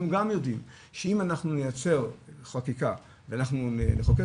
אנחנו גם יודעים שאם אנחנו נייצר חקיקה ונחוקק